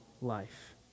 life